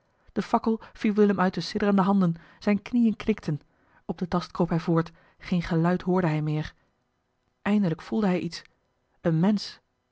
de fakkel viel willem uit de sidderende handen zijne knieën knikten op den tast kroop hij voort geen geluid hoorde hij meer eindelijk voelde hij iets een mensch